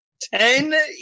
Ten